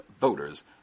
voters